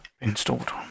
installed